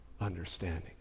understanding